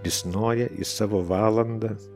risnoja į savo valandą